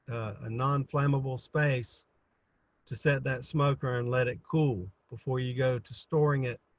a nonflammable space to set that smoker and let it cool before you go to storing it